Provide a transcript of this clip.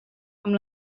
amb